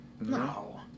No